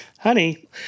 Honey